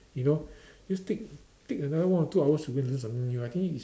you know just take take another one or two hours to go and learn something new I think it's